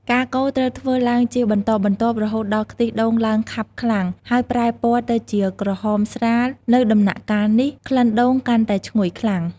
ការកូរត្រូវធ្វើឡើងជាបន្តបន្ទាប់រហូតដល់ខ្ទិះដូងឡើងខាប់ខ្លាំង ហើយប្រែពណ៌ទៅជាក្រហមស្រាល នៅដំណាក់កាលនេះ ក្លិនដូងកាន់តែឈ្ងុយខ្លាំង។